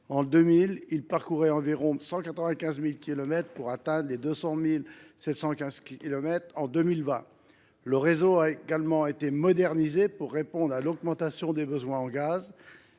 celui ci parcourait environ 195 000 kilomètres, il a atteint 200 715 kilomètres en 2020. Le réseau a également été modernisé pour répondre à l’augmentation des besoins en gaz.